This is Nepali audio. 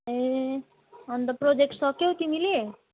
ए अन्त प्रजेक्ट सक्यौ तिमीले